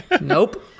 Nope